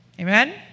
Amen